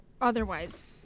otherwise